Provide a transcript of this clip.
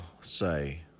say